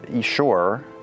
sure